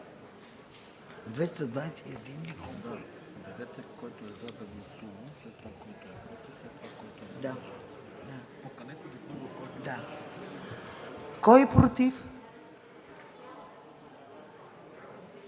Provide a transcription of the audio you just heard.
Кой е против?